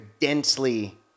densely